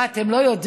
מה, אתם לא יודעים?